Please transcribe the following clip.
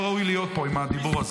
ולא להחזיר אותו עד סוף המליאה.